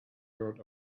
heard